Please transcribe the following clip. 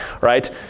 Right